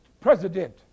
President